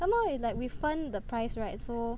some more it's like we 份 the price right so